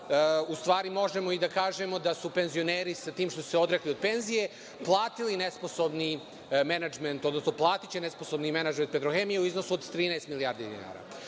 u stvari možemo i da kažemo da u penzioneri sa tim što su se odrekli penzije platili nesposobni menadžment, odnosno platiće nesposobni menadžment „Petrohemije“ u iznosu od 13 milijardi dinara.